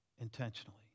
intentionally